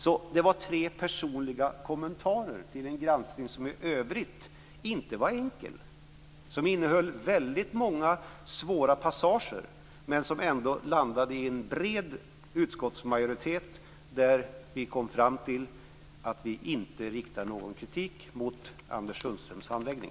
Detta var tre personliga kommentarer till en granskning som i övrigt inte var enkel, som innehöll väldigt många svåra passager, men som ändå landade i en bred utskottsmajoritet, där vi kom fram till att vi inte riktar någon kritik mot Anders Sundströms handläggning.